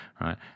right